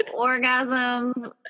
orgasms